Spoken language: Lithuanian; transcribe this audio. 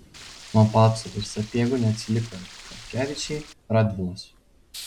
nuo pacų ir sapiegų neatsiliko ir katkevičiai radvilos